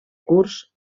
curs